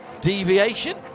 deviation